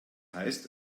heißt